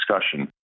discussion